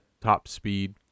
top-speed